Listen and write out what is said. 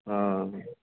हा